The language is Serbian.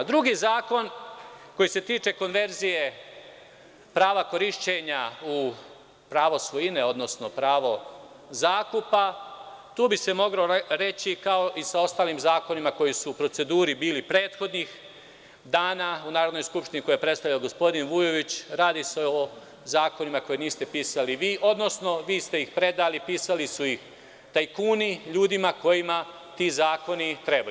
Drugi zakon koji se tiče konverzije prava korišćenja u pravo svojine, odnosno pravo zakupa, tu bi se moglo reći, kao i sa ostalim zakonima koji su u proceduri bili prethodnih dana u Narodnoj skupštini koje je predstavljao gospodin Vujović, radi se o zakonima koje niste pisali vi, odnosno vi ste ih predali, pisali su ih tajkuni ljudima kojima ti zakoni trebaju.